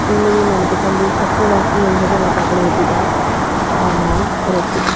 ਇਹ ਮੇਰੀ ਮਨਪਸੰਦ ਦੀ ਸਭ ਤੋਂ ਬੈਸਟ ਮੇਰੀ ਹੈਗੀ ਆ ਮਟਰ ਪਨੀਰ ਦੀ ਦਾਲ ਔਰ ਨਾਲ ਰੋਟੀ